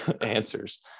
answers